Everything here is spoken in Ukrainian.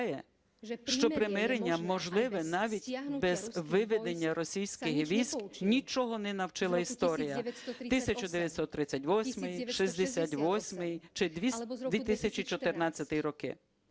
що примирення можливе навіть без виведення російський військ, нічому не навчила історія – 1938-й, 1968-й чи 2014-й роки.